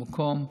המקום,